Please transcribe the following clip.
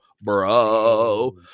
bro